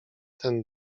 ten